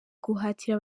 guhatira